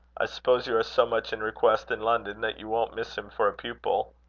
i suppose you are so much in request in london that you won't miss him for a pupil.